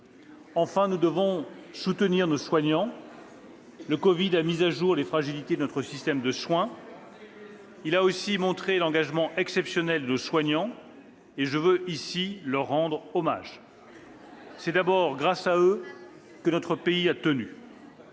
Enfin, nous devons soutenir nos soignants. Le covid-19 a mis au jour les fragilités de notre système de soins. Il a aussi montré l'engagement exceptionnel de nos soignants. Et je veux ici leur rendre hommage : c'est d'abord grâce à eux que notre pays a tenu.